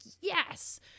yes